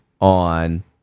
on